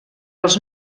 als